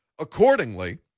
accordingly